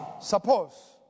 Suppose